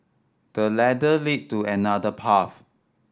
the ladder lead to another path